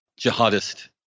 jihadist